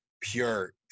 pure